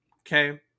Okay